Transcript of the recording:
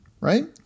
right